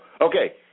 Okay